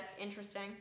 Interesting